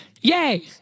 Yay